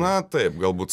na taip galbūt